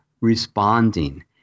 responding